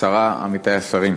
השרה, עמיתי השרים,